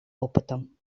опытом